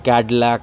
cadillac